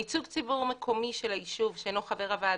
נציג ציבור מקומי של היישוב שאינו חבר הוועד